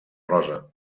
rosa